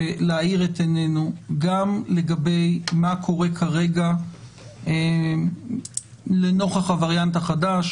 להאיר את עינינו גם לגבי מה קורה כרגע לנוכח הווריאנט החדש.